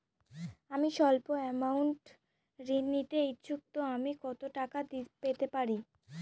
আমি সল্প আমৌন্ট ঋণ নিতে ইচ্ছুক তো আমি কত টাকা পেতে পারি?